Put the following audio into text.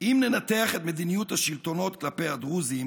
"אם ננתח את מדיניות השלטונות כלפי הדרוזים